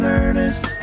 earnest